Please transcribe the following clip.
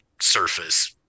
surface